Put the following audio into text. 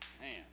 Man